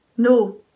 No